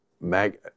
mag